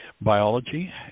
biology